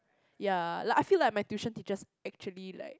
ya like I feel like my tuition teachers actually like